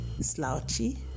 slouchy